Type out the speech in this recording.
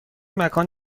مکان